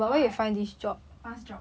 oh I fast job